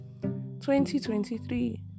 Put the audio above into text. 2023